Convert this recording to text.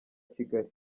kigali